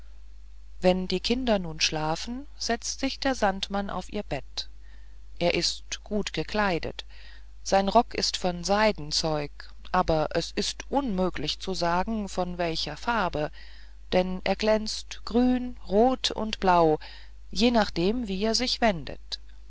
wenn die kinder nun schlafen setzt sich der sandmann auf ihr bett er ist gut gekleidet sein rock ist von seidenzeug aber es ist unmöglich zu sagen von welcher farbe denn er glänzt grün rot und blau je nachdem er sich wendet